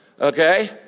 okay